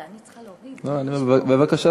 בבקשה.